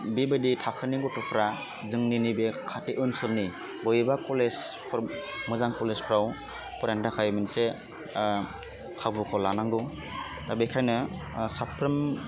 बेबादि थाखोनि गथ'फ्रा जोंनि नैबे खाथि ओनसोलनि बबेबा कलेज मोजां कलेजफ्राव फरायनो थाखाय मोनसे खाबुखौ लानांगौ दा बेखायनो साफ्रोम